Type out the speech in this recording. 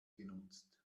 genutzt